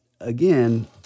again